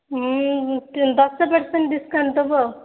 ଦଶ percent discount ଦେବୁ ଆଉ